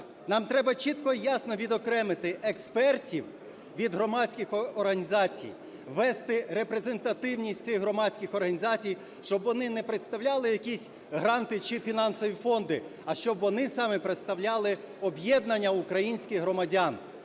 Нам треба чітко і ясно відокремити експертів від громадських організацій, ввести репрезентативність цих громадських організацій, щоб вони не представляли якісь гранти чи фінансові фонди, а щоб вони саме представляли об'єднання українських громадян.